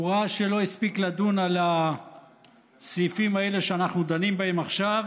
הוא ראה שלא הספיק לדון על הסעיפים האלה שאנחנו דנים בהם עכשיו